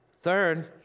Third